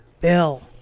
Bill